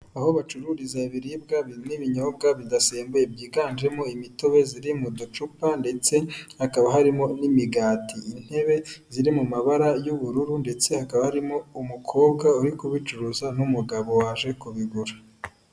Aho bacururiza ibibwa n'ibinyobwa bidasembuye byiganjemo imitobe ziri mu ducupa ndetse hakaba harimo n'imigati, intebe ziri mu mabara y'ubururu ndetse hakaba harimo umukobwa uri kubicuruza n'umugabo waje kubigura.